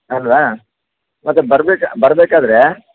ಅಲ್ವ ಮತ್ತೆ ಬರಬೇಕು ಬರಬೇಕಾದ್ರೆ